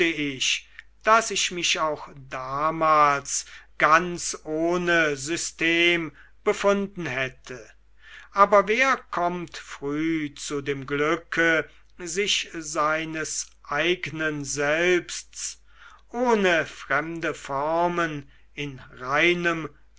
ich daß ich mich auch damals ganz ohne system befunden hätte aber wer kommt früh zu dem glücke sich seines eignen selbsts ohne fremde formen in reinem